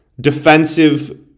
defensive